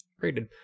rated